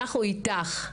אנחנו איתך,